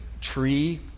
tree